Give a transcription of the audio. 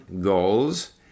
goals